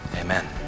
amen